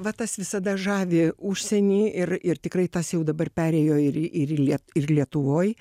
va tas visada žavi užsieny ir ir tikrai tas jau dabar perėjo ir į ir į lie ir lietuvoj